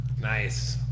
Nice